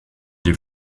des